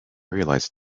realized